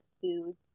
food